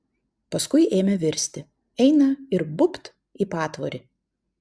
paskui ėmė virsti eina ir bubt į patvorį